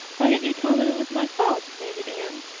why didn't you tell them it was my fault? demanded anne.